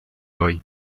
hoy